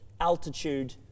altitude